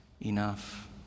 enough